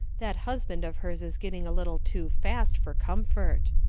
that husband of hers is getting a little too fast for comfort.